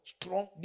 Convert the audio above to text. strong